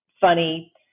funny